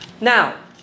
Now